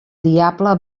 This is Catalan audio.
diable